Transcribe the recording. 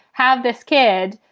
have this kid,